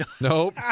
nope